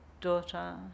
daughter